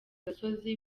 gasozi